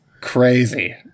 crazy